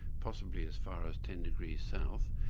possibly as far as ten degrees south,